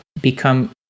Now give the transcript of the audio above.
become